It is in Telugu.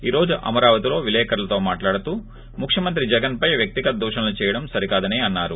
ఈ రోజు అమరావత్ లో విలేకర్లతో మాట్లాడుతూ ముఖ్యమంత్రి జగన్పై వ్యక్తిగత దూషణలు చెయ్యడం సరికాదని అన్నారు